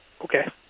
Okay